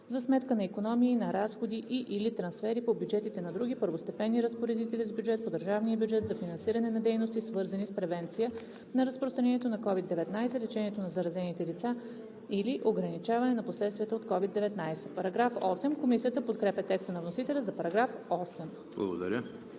за сметка на икономии на разходи и/или трансфери по бюджетите на други първостепенни разпоредители с бюджет по държавния бюджет за финансиране на дейности, свързани с превенция на разпространението на COVID-19, лечението на заразените лица или ограничаване на последствията от COVID-19.“ Параграф 8. Комисията подкрепя текста на вносителя за § 8.